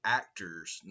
actors